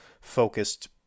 focused